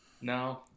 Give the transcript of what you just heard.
no